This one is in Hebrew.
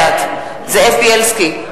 בעד זאב בילסקי,